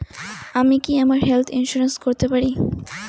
আমি কি আমার হেলথ ইন্সুরেন্স করতে পারি?